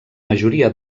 majoria